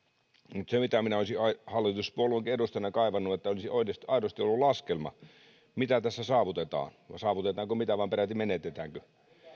mutta se mitä minä olisin hallituspuolueenkin edustajana kaivannut on se että olisi aidosti aidosti ollut laskelma siitä mitä tässä saavutetaan saavutetaanko mitään vai peräti menetetäänkö